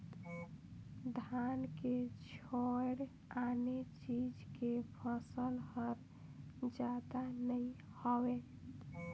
धान के छोयड़ आने चीज के फसल हर जादा नइ होवय